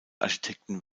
architekten